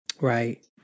Right